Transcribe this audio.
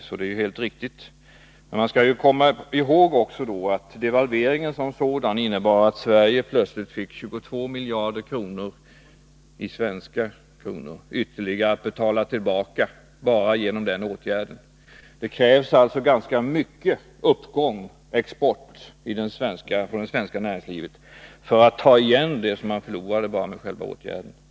Man skall då också komma ihåg att devalveringen som sådan innebar att Sverige plötsligt hade att betala tillbaka ytterligare 22 miljarder kronor bara genom den åtgärden. Det krävs alltså ganska mycket av uppgång och export från det svenska näringslivets sida för att ta igen det som man förlorade bara med själva åtgärden.